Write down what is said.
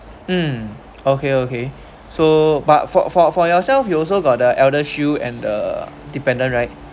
mm okay okay so but for for for yourself you also got the ElderShield and the dependent right